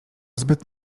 zbyt